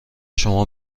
شما